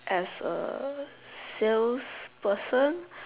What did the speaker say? as a sales person